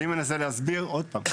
אני מנסה להסביר עוד פעם.